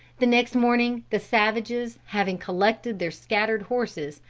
the next morning the savages having collected their scattered horses,